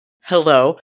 Hello